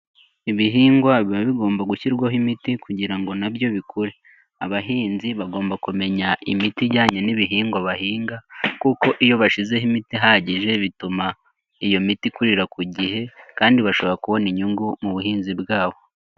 Ibihingwa biba bigomba gushyirwaho imiti kugira ngo nabyo bikure. Abahinzi bagomba kumenya imiti ijyanye n'ibihingwa bahinga, kuko iyo bashizeho imiti ihagije bituma, iyo miti ikorerarira ku gihe, kandi bashobora kubona inyungu mu buhinzi bwabo.